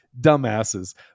dumbasses